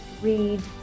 read